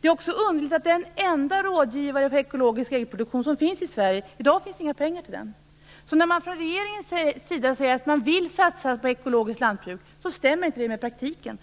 Det är också underligt att det i dag inte finns några pengar till den ende rådgivaren i Sverige för ekologisk äggproduktion. Från regeringens sida säger man att man vill satsa på ett ekologiskt lantbruk, men det stämmer alltså inte med praktiken.